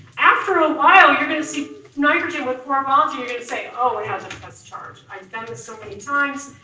after a while you're gonna see nitrogen with four bonds, you're gonna say, oh, it has a plus charge. i've done this so many times,